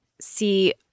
see